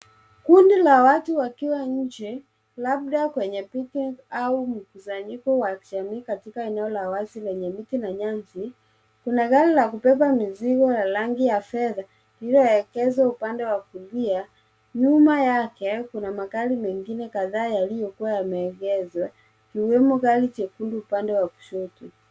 Kundi la watu wakiwa nje, labda kwenye pipe au mkusanyiko wa jamii katika eneo la wazi lenye miti na nyasi, kuna gari la kubeba mizigo la rangi ya fedha lililoegezwa upande wa kulia. Nyuma yake, kuna magari mengine kadhaa yaliyokuwa yameegezwa, ikiwemo gari chekundu upande wa kushoto.